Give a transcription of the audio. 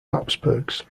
habsburgs